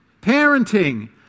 Parenting